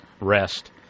rest